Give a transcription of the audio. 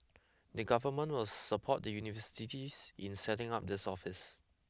the government will support the universities in setting up this office